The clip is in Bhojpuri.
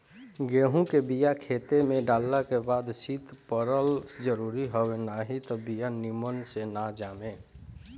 गेंहू के बिया खेते में डालल के बाद शीत पड़ल जरुरी हवे नाही त बिया निमन से ना जामे